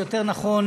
יותר נכון,